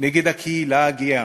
נגד הקהילה הגאה,